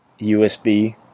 USB